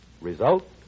Result